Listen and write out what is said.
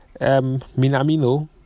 Minamino